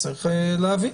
צריך להבין.